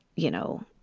you know,